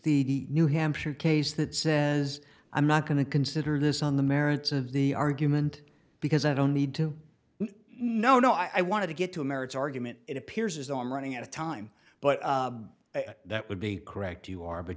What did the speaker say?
the new hampshire case that says i'm not going to consider this on the merits of the argument because i don't need to no no i want to get to a merits argument it appears on running out of time but that would be correct you are but